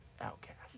outcast